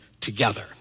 together